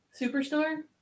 Superstore